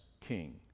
king